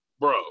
Bro